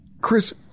Chris